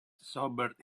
sobered